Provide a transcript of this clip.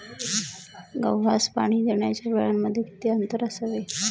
गव्हास पाणी देण्याच्या वेळांमध्ये किती अंतर असावे?